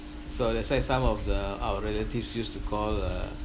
so that's why some of the our relatives used to call uh